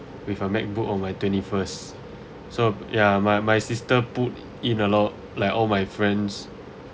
with a macbook on my twenty first so ya my my sister put in a lot like all my friends